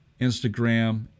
Instagram